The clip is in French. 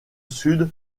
sud